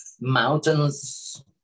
mountains